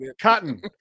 cotton